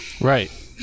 Right